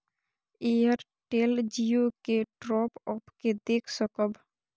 Airtel Jio के up अप के देख सकब?